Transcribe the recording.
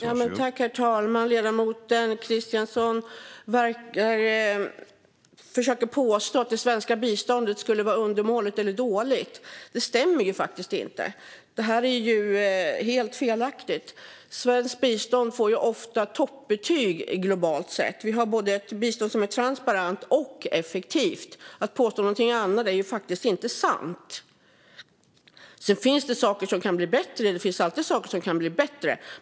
Herr talman! Ledamoten Christiansson påstår att det svenska biståndet skulle vara undermåligt eller dåligt. Det stämmer faktiskt inte. Det är helt felaktigt. Svenskt bistånd får ofta toppbetyg globalt sett. Vi har ett bistånd som både är transparent och effektivt. Att påstå någonting annat är faktiskt inte sant. Sedan finns det alltid saker som kan bli bättre.